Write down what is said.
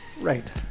Right